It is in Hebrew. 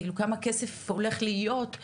כמה כסף הולך להיות,